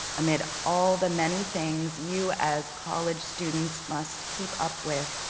amid all the many things you as college students must keep up with,